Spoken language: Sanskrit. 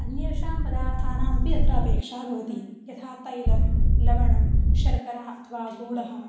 अन्येषां पदार्थानामपि अत्र अपेक्षा भवति यथा तैलं लवणं शर्करा अथवा गुडः